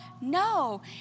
No